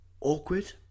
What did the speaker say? awkward